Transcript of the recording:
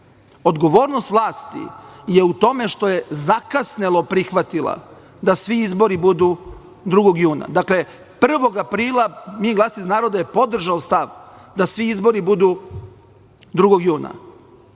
popravljamo. Odgovornost vlasti je u tome što je zakasnelo prihvatila da svi izbori budu 2. juna. Dakle, 1. aprila MI - Glas iz naroda je podržao stav da svi izbori budu 2. juna.